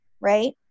Right